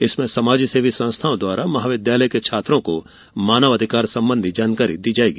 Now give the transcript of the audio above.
इसमें समाजसेवी संस्थाओं द्वारा महाविद्यालय के छात्रों को मानव अधिकार संबंधी जानकारी दी जाएगी